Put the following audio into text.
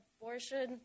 Abortion